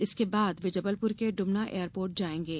इसके बाद वे जबलपुर के ड्मना एयरपोर्ट जायेंगे